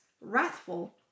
wrathful